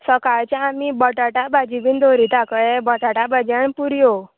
सकाळचें आमी बटाटा भाजी बीन दवरिता कळ्ळें बटाटा भाजी आनी पुरयो